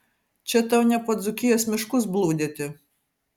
čia tau ne po dzūkijos miškus blūdyti